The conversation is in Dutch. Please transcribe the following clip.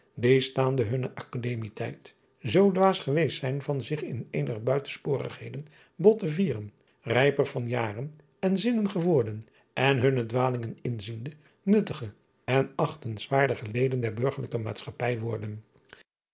die staande hunnen akademietijd zoo dwaas geweest zijn van zich in eenige buitensporigheden bot te vieren rijper van jaren en zinnen geworden en hunne dwalingen inziende nuttige en achtingwaardige leden der burgerlijke maatschappij worden